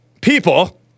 people